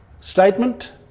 statement